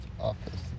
office